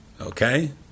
okay